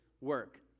work